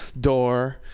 door